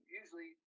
usually